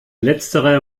letzterer